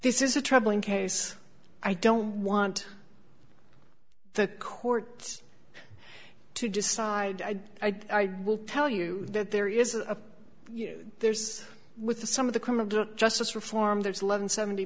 this is a troubling case i don't want the court to decide i will tell you that there is a there's with the some of the criminal justice reform there's love in seventy